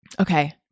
Okay